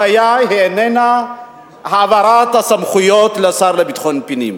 הבעיה איננה העברת הסמכויות לשר לביטחון פנים.